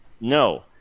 No